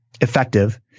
effective